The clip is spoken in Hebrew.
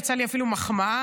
יצאה לי אפילו מחמאה,